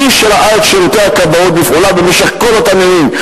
מי שראה את שירותי הכבאות בפעולה במשך כל אותם ימים,